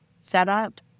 setup